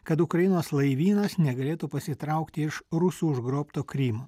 kad ukrainos laivynas negalėtų pasitraukti iš rusų užgrobto krymo